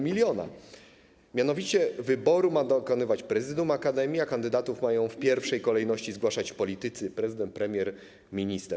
Mianowicie wyboru ma dokonywać prezydium akademii, a kandydatów mają w pierwszej kolejności zgłaszać politycy, prezydent, premier, minister.